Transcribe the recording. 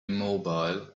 immobile